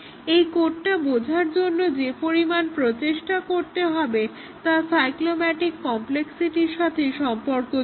এই কোডটা বোঝার জন্য যে পরিমাণ প্রচেষ্টা করতে হবে তা সাইক্লোম্যাটিক কম্প্লেক্সিটির সাথে সম্পর্কযুক্ত